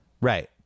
Right